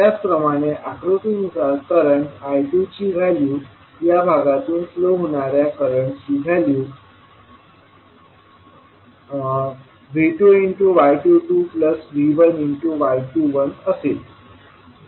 त्याचप्रमाणे आकृतीनुसार करंट I2ची व्हॅल्यू या भागातून फ्लो होणाऱ्या करंटची व्हॅल्यू V2 y22V1 y21 असेल